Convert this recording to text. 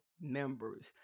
members